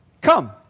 Come